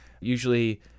Usually